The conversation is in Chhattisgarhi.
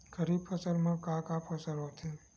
खरीफ फसल मा का का फसल होथे?